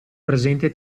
presente